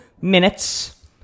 minutes